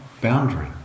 boundary